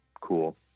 cool